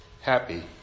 happy